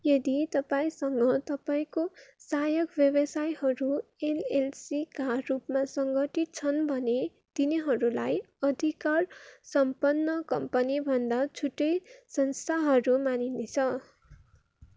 यदि तपाईँसँग तपाईँको सहायक व्यवसायहरू एलएलसीका रूपमा सङ्गठित छन् भने तिनीहरूलाई अधिकारसम्पन्न कम्पनीभन्दा छुट्टै संस्थाहरू मानिनेछ